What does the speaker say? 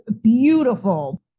beautiful